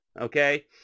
okay